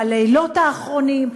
בלילות האחרונים,